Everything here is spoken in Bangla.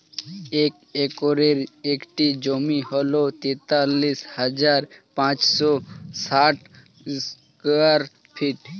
এক একরের একটি জমি হল তেতাল্লিশ হাজার পাঁচশ ষাট স্কয়ার ফিট